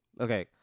Okay